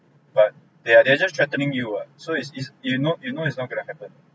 but they are they are just threatening what so is is you know you know it's not going to happen